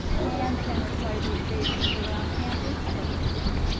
hand sanitizer stations around campus, question mark?